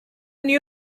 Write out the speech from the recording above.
knew